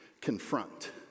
confront